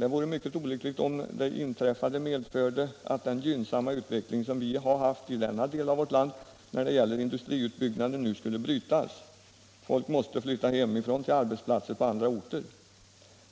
Det vore mycket olyckligt om det inträffade medförde att den gynnsamma utveckling som vi har haft i denna del av vårt land när det gäller industriutbyggnader nu skulle brytas och folk måste flytta hemifrån till arbetsplatser på andra orter.